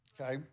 okay